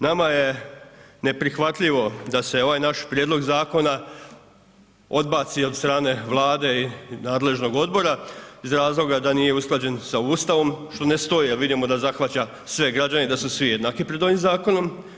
Nama je neprihvatljivo da se ovaj naš prijedlog zakona odbaci od strane Vlade i nadležnog odbora iz razloga da nije usklađen sa Ustavom, što ne stoji jer vidimo da zahvaća sve građane i da su svi jednaki pred ovim zakonom.